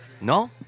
no